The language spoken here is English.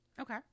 Okay